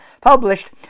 published